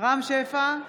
רם שפע,